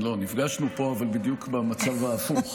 נפגשנו פה, אבל בדיוק במצב ההפוך.